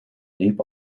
deep